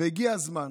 והגיע הזמן